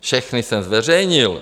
Všechna jsem zveřejnil.